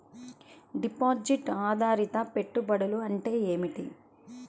Deposit ఆధారిత పెట్టుబడులు అంటే ఏమిటి?